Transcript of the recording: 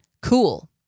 Cool